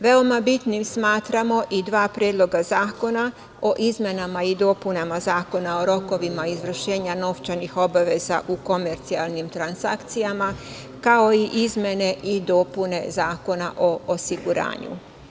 Veoma bitnim smatramo i dva predloga zakona o izmenama i dopunama Zakona o rokovima izvršenja novčanih obaveza u komercijalnim transakcijama, kao i izmene i dopune Zakona o osiguranju.